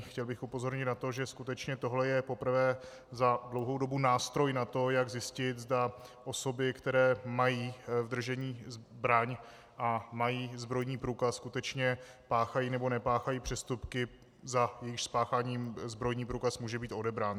Chtěl bych upozornit na to, že skutečně tohle je poprvé za dlouhou dobu nástroj na to, jak zjistit, zda osoby, které mají v držení zbraň a mají zbrojní průkaz, skutečně páchají nebo nepáchají přestupky, za jejichž spáchání zbrojní průkaz může být odebrán.